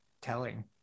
telling